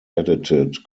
edited